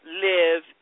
live